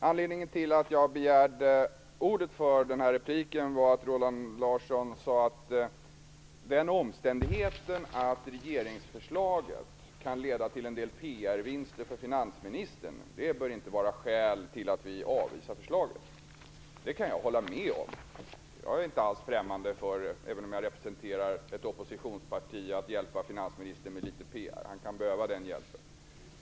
Anledningen till att jag begärde ordet för den här repliken var att Roland Larsson sade att den omständigheten att regeringsförslaget kan leda till en del PR vinster för finansministern inte bör vara skäl till att vi avvisar förslaget. Det kan jag hålla med om. Även om jag representerar ett oppositionsparti är jag inte främmande för att hjälpa finansministern med litet PR. Han kan behöva den hjälpen.